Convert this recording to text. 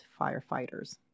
firefighters